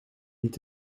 niet